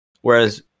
Whereas